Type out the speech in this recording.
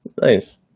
Nice